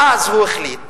ואז הוא החליט